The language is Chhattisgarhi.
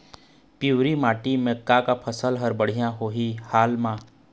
पिवरी माटी म का का फसल हर बढ़िया होही हाल मा?